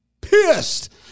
pissed